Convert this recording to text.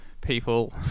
people